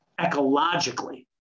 ecologically